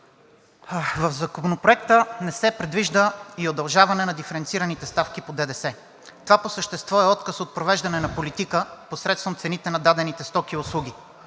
В Законопроекта не се предвижда и удължаване на диференцираните ставки по ДДС. Това по същество е отказ от провеждане на политика посредством цените на дадените стоки и услуги.